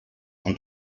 und